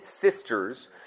sisters